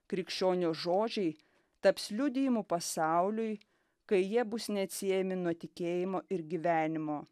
krikščionio žodžiai taps liudijimu pasauliui kai jie bus neatsiejami nuo tikėjimo ir gyvenimo